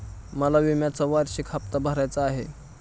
मला विम्याचा वार्षिक हप्ता भरायचा आहे